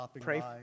Pray